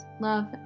love